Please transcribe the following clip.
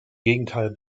gegenteil